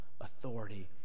authority